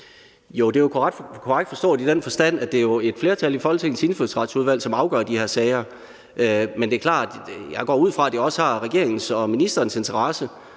det er korrekt forstået i den forstand, at det jo er et flertal i Indfødsretsudvalget, som afgør de her sager. Men det er jo klart, at jeg går ud fra, at det også har regeringens og ministerens interesse,